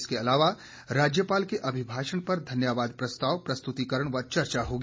इसके अलावा राज्यपाल के अभिभाषण पर धन्यवाद प्रस्ताव प्रस्तुतिकरण व चर्चा होगी